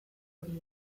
horiek